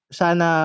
sana